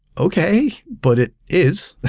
okay, but it is.